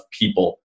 people